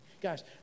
Guys